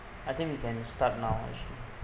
I think we can start now actually